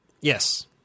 Yes